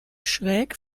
schräg